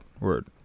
word